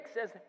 says